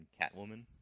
Catwoman